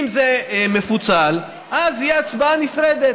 אם זה מפוצל, אז תהיה הצבעה נפרדת.